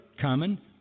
common